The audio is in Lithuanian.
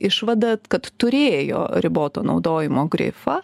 išvadą kad turėjo riboto naudojimo grifą